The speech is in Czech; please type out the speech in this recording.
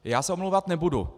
Já se omlouvat nebudu.